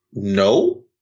No